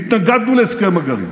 והתנגדנו להסכם הגרעין.